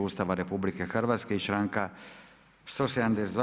Ustava RH i članka 172.